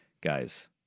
guys